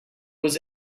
was